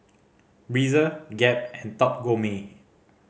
Breezer Gap and Top Gourmet